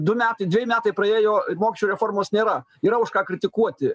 du metai dveji metai praėjo mokesčių reformos nėra yra už ką kritikuoti